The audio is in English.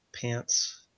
pants